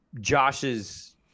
Josh's